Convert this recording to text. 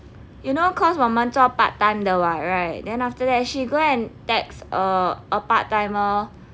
you know cause 我们做 part time 的 [what] right then after that she go and text err a part timer